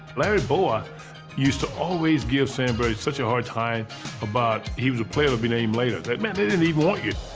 larry bowa used to always give sandberg such a hard time about he was a player to be named later. that meant they didn't even want you.